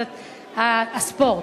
הספורט.